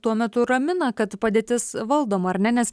tuo metu ramina kad padėtis valdoma ar ne nes